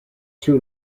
two